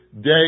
day